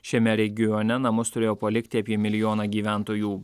šiame regione namus turėjo palikti apie milijoną gyventojų